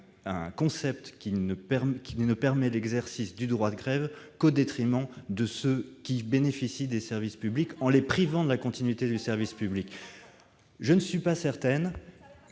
un concept qui ne permet l'exercice du droit de grève qu'au détriment de ceux qui bénéficient des services publics, en les privant de la continuité du service public ? Vous ne savez pas ce que